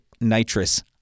nitrous